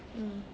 mm